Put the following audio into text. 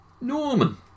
Norman